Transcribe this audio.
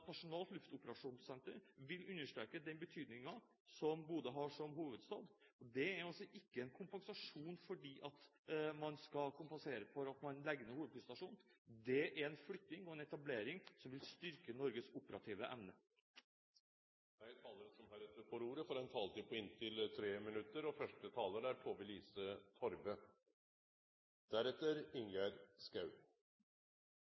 nasjonalt luftoperasjonssenter vil understreke den betydning som Bodø har som forsvarshovedstad. Det er ikke en kompensasjon for at man legger ned hovedflystasjonen; det er en flytting og en etablering som vil styrke Norges operative evne. Dei talarane som heretter får ordet, har ei taletid på inntil 3 minutt. Heimevernet er en viktig innsatsstyrke i vårt langstrakte land, først og fremst som en del av vårt militære forsvar, men det er